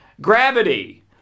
Gravity